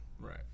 Right